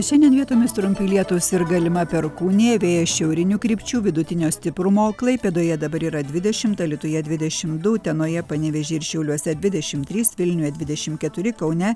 šiandien vietomis trumpi lietūs ir galima perkūnija vėjas šiaurinių krypčių vidutinio stiprumo klaipėdoje dabar yra dvidešim alytuje dvidešim du utenoje panevėžy ir šiauliuose dvidešim trys vilniuje dvidešim keturi kaune